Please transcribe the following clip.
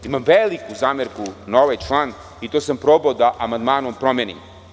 Imam veliku zamerku na ovaj član i to sam probao da amandmanom promenim.